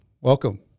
welcome